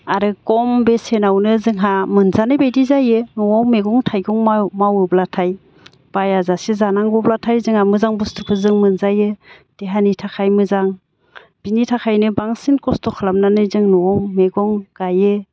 आरो खम बेसेनावनो जोंहा मोनजानाय बायदि जायो न'आव मैगं थाइगं मावोब्लाथाय बाया जासे जानांगौब्लाथाय जोंहा मोजां बुस्थुखौ जों मोनजायो देहानि थाखाय मोजां बिनि थाखायनो बांसिन खस्थ खालामनानै जों न'आव मैगं गायो